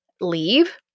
leave